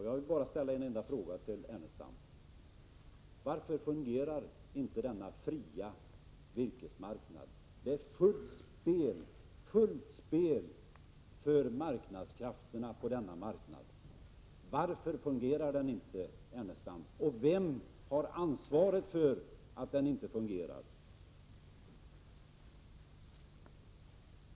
Jag vill bara ställa en enda fråga till Ernestam: Varför fungerar inte denna fria virkesmarknad, där det är helt fritt spel för marknadskrafterna? Varför fungerar den inte, Ernestam, och vem har ansvaret för att den inte fungerar?